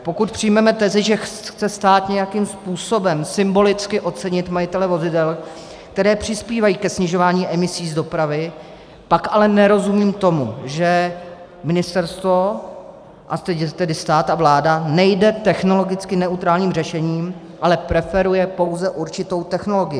Pokud přijmeme tezi, že chce stát nějakým způsobem symbolicky ocenit majitele vozidel, která přispívají ke snižování emisí z dopravy, pak ale nerozumím tomu, že ministerstvo, a teď tedy stát a vláda, nejde technologicky neutrálním řešením, ale preferuje pouze určitou technologii.